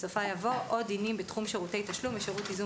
בסופה יבוא "או דינים בתחום שירותי תשלום ושירות ייזום